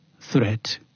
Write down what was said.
threat